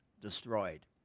destroyed